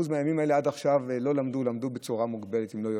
מהימים האלה עד עכשיו לא למדו או למדו בצורה מוגבלת אם לא יותר,